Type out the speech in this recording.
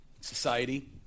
society